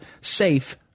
Safe